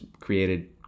created